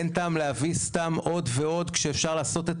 אין טעם להביא עוד ועוד כשאפשר לעשות את